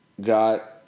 got